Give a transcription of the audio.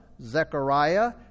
Zechariah